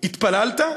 "התפללת?"